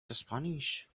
spanish